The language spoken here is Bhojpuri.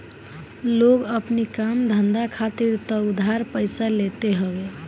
लोग अपनी काम धंधा खातिर तअ उधार पइसा लेते हवे